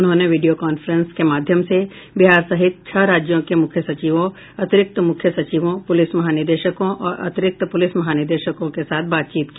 उन्होंने video conference के माध्यम से बिहार सहित छह राज्यों के मुख्य सचिवों अतिरिक्त मुख्य सचिवों पुलिस महानिदेशकों और अतिरिक्त पुलिस महानिदेशकों के साथ बातचीत की